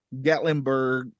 Gatlinburg